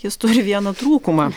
jis turi vieną trūkumą